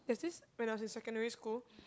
there's this when I was in secondary school